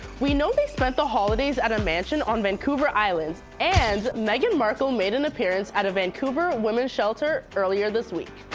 we know they spent the holidays at a mansion on vancouver island. and meghan markle made an appearance at a vancouver women's shelter earlier this week.